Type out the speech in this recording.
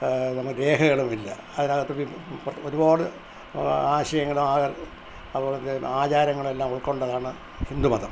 നമുക്ക് രേഖകളും ഇല്ല അതിനകത്ത് ഇപ്പോൾ ഒരുപാട് ആശയങ്ങളും അവിടൊക്കെ ആചാരങ്ങളും എല്ലാം ഉള്കൊണ്ടതാണ് ഹിന്ദുമതം